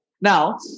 Now